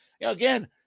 again